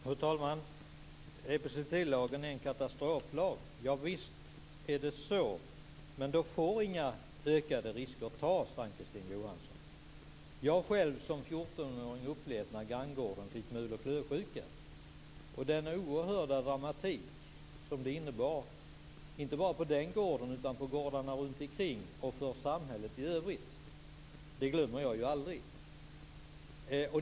Fru talman! Epizootilagen är en katastroflag. Javisst är det så. Men då får inga ökade risker tas, Ann Kristine Johansson. Jag har själv som 14-åring upplevt när granngården fick mul och klövsjuka. Den oerhörda dramatik som det innebar inte bara på den gården utan på gårdarna runtomkring och för samhället i övrigt glömmer jag aldrig.